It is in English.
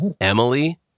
Emily